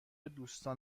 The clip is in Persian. دوستان